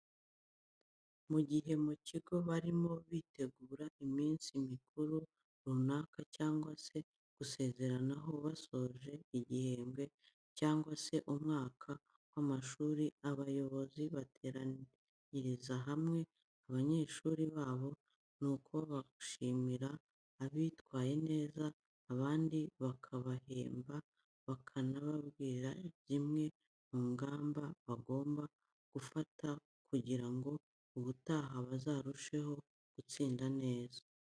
Mu gihe mu kigo barimo bitegura iminsi mikuru runaka cyangwa se gusezeranaho basoje igihembwe cyangwa se umwaka w'amashuri abayobozi bateraniriza hamwe abanyeshuri babo nuko bakabashimira abitwaye neza, abandi bakabahemba bakanababwira zimwe mu ngamba bagomba gufata kugira ngo ubutaha bazarusheho gutsinda neza.